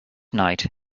night